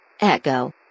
Echo